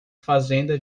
fazenda